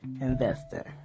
investor